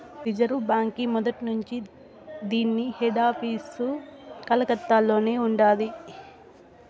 reserve బాంకీ మొదట్నుంచీ దీన్ని హెడాపీసు కలకత్తలోనే ఉండాది